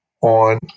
on